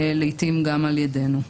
לעתים גם על ידינו.